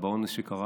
האונס שקרה